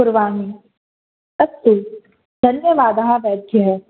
कुर्वामि अस्तु धन्यवादाः वैद्यः